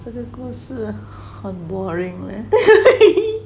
这个故事很 boring leh